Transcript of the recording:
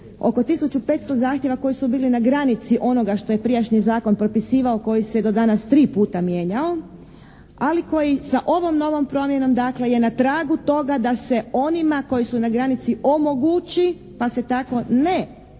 500 zahtjeva koji su bili na granici onoga što je prijašnji zakon propisivao, koji se je do danas tri puta mijenjao ali koji sa ovom novom promjenom dakle je na tragu toga da se onima koji su na granici omogući, pa se tako ne snizuju